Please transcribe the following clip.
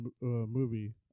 movie